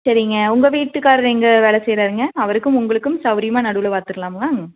சரிங்க உங்கள் வீட்டுக்காரர் எங்கள் வேலை செய்கிறாருங்க அவருக்கும் உங்களுக்கும் சவுரியமாக நடுவில் பார்த்துர்லாமா